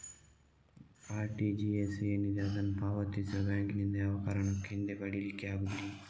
RTGS ಏನಿದೆ ಅದನ್ನ ಪಾವತಿಸುವ ಬ್ಯಾಂಕಿನಿಂದ ಯಾವ ಕಾರಣಕ್ಕೂ ಹಿಂದೆ ಪಡೀಲಿಕ್ಕೆ ಆಗುದಿಲ್ಲ